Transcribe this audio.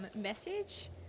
message